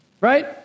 right